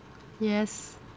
yes